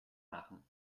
machen